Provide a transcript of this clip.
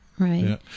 Right